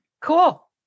Cool